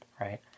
right